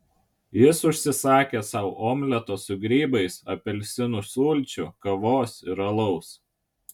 jis užsisakė sau omleto su grybais apelsinų sulčių kavos ir alaus